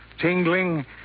tingling